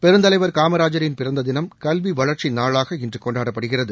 பெருந்தலைவர் காமராஜரின் தினம் கல்வி வளர்ச்சி பிறந்த நாளாக இன்று கொண்டாடப்படுகிறது